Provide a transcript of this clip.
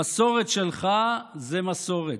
מסורת שלך זו מסורת.